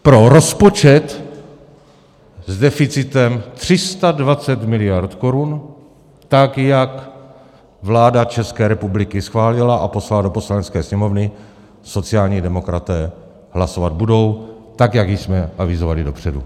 Pro rozpočet s deficitem 320 miliard korun, tak jak vláda České republiky schválila a poslala do Poslanecké sněmovny, sociální demokraté hlasovat budou, tak jak již jsme avizovali dopředu.